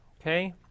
Okay